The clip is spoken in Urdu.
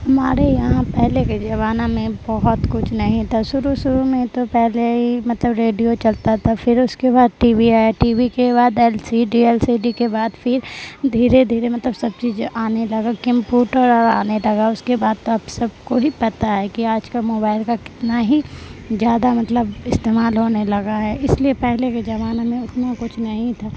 ہمارے یہاں پہلے کے زمانہ میں بہت کچھ نہیں تھا شروع شروع میں تو پہلے ہی مطلب ریڈیو چلتا تھا پھر اس کے بعد ٹی وی آیا ٹی وی کے بعد LCD LCD کے بعد پھر دھیرے دھیرے مطلب سب چیزیں آنے لگا کمپیوٹر اور آنے لگا اس کے بعد تو اب سب کو ہی پتا ہے کہ آج کل موبائل کا کتنا ہی زیادہ مطلب استعمال ہونے لگا ہے اس لیے پہلے کے زمانہ میں اتنا کچھ نہیں تھا